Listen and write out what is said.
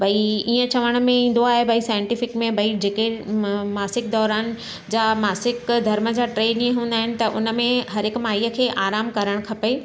भई इहे चवण में ईंदो आहे भई साइंटिफिक में भई जेके मासिक दौरानि जा मासिक धर्म जा टे ॾींहं हूंदा आहिनि त उनमें हर हिक माई खे आराम करणु खपे